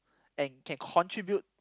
and can contribute